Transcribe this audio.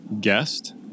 guest